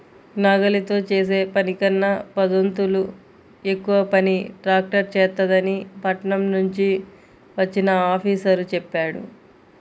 నాగలితో చేసే పనికన్నా పదొంతులు ఎక్కువ పని ట్రాక్టర్ చేత్తదని పట్నం నుంచి వచ్చిన ఆఫీసరు చెప్పాడు